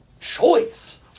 choice